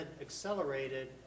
accelerated